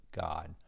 God